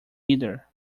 either